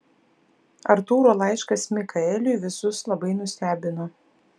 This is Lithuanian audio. artūro laiškas mikaeliui visus labai nustebino